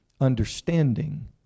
Understanding